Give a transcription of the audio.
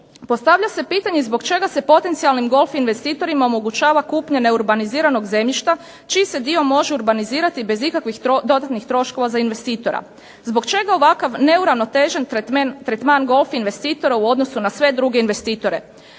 Postavlja se pitanje zašto se potencijalnim golf investitorima omogućava kupnja neurbaniziranog zemljišta čiji se dio može urbanizirati bez ikakvog dodatnog troškova za investitora. Zbog čega ovako neuravnotežen tretman golf investitora u odnosu na sve druge investitore.